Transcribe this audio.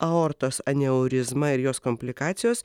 aortos aneurizma ir jos komplikacijos